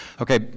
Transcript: Okay